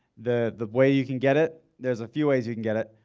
the the way you can get it? there's a few ways you can get it.